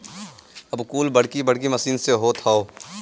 अब कुल बड़की बड़की मसीन से होत हौ